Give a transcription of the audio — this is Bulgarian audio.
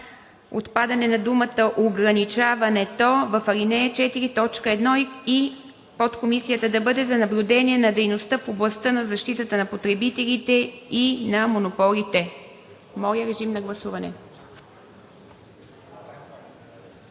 отпадане на думата „ограничаването“ в ал. 4, т. 1 и подкомисията да бъде за наблюдение на дейността в областта на защитата на потребителите и на монополите. Гласували